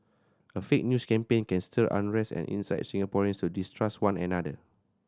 a fake news campaign can stir unrest and incite Singaporeans to distrust one another